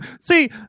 see